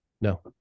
No